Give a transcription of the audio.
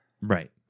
Right